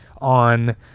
on